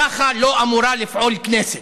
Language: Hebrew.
ככה לא אמורה לפעול כנסת.